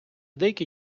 деякий